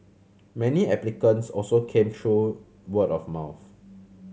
many applicants also came through word of mouth